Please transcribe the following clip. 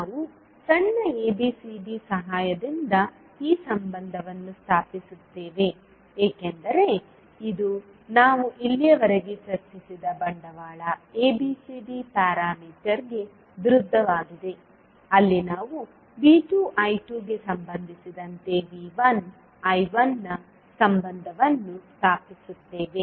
ನಾವು ಸಣ್ಣ abcd ಸಹಾಯದಿಂದ ಈ ಸಂಬಂಧವನ್ನು ಸ್ಥಾಪಿಸುತ್ತೇವೆ ಏಕೆಂದರೆ ಇದು ನಾವು ಇಲ್ಲಿಯವರೆಗೆ ಚರ್ಚಿಸಿದ ಬಂಡವಾಳ ABCD ಪ್ಯಾರಾಮೀಟರ್ಗೆ ವಿರುದ್ಧವಾಗಿದೆ ಅಲ್ಲಿ ನಾವು V2 I2 ಗೆ ಸಂಬಂಧಿಸಿದಂತೆ V1 I1 ನ ಸಂಬಂಧವನ್ನು ಸ್ಥಾಪಿಸುತ್ತೇವೆ